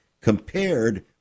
compared